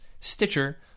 Stitcher